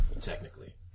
Technically